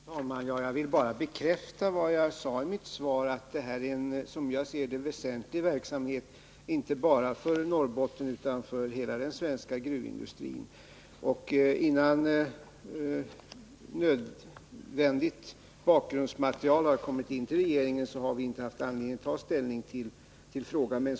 Herr talman! Jag vill bara bekräfta vad jag sade i mitt svar, nämligen att detta, enligt min mening, är en väsentlig verksamhet inte bara för Norrbotten utan för hela den svenska gruvindustrin. Innan regeringen har fått nödvändigt bakgrundsmaterial har den inte haft anledning att ta ställning i frågan.